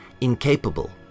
incapable